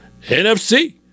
NFC